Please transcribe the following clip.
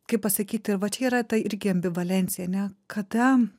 kaip pasakyti ir va čia yra ta irgi ambivalencija ane kada